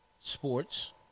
sports